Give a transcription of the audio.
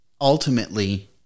ultimately